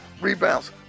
rebounds